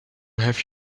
have